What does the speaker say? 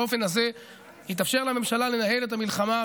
באופן הזה יתאפשר לממשלה לנהל את המלחמה,